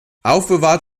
aufbewahrt